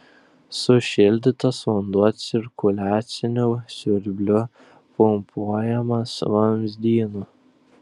sušildytas vanduo cirkuliaciniu siurbliu pumpuojamas vamzdynu